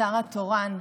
השר התורן,